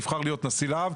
נבחר להיות נשיא לה"ב,